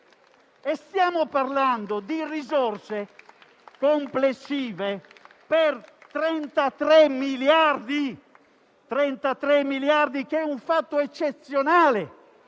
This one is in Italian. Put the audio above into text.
Stiamo parlando di risorse complessive per 33 miliardi, che è una cifra eccezionale